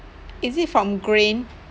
is it from Grain